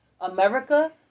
America